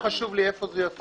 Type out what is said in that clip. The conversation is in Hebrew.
לא חשוב לי איפה זה יופיע.